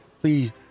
Please